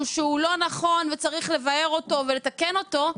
שהוא לא נכון וצריך לבאר אותו ולתקן אותו,